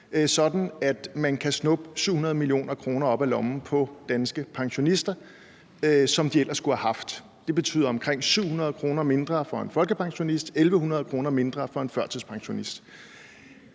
at man kan snuppe 700 mio. kr. op af lommen på danske pensionister, som de ellers skulle have haft. Det betyder omkring 700 kr. mindre for en folkepensionist og 1.100 kr. mindre for en førtidspensionist.